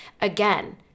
Again